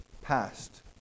past